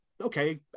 okay